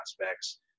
aspects